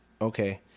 okay